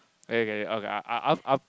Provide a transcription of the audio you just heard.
get it get it okay I'll I'll